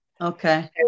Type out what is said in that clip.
Okay